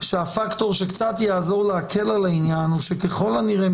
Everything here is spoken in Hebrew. שהפקטור שקצת יעזור להקל על העניין הוא שככל הנראה,